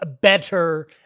better